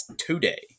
today